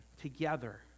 together